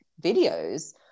videos